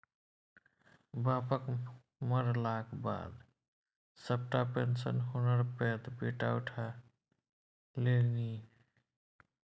बापक मरलाक बाद सभटा पेशंन हुनकर पैघ बेटा उठा लेलनि